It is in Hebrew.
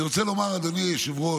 אני רוצה לומר, אדוני היושב-ראש,